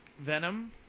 Venom